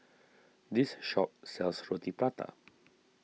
this shop sells Roti Prata